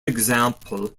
example